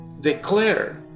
declare